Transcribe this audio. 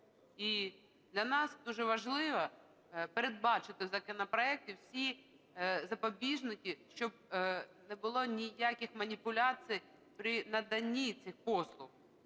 І для нас дуже важливо передбачити в законопроекті всі запобіжники, щоб не було ніяких маніпуляцій при наданні цих послуг.